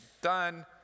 done